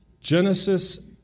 Genesis